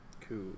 Cool